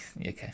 Okay